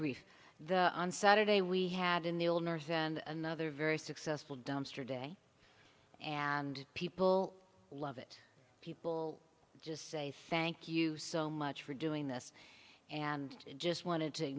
brief on saturday we had in the old and another very successful dumpster day and people love it people just say thank you so much for doing this and just wanted to